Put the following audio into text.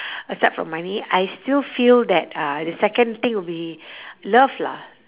aside from money I still feel that uh the second thing will be love lah